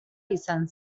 izan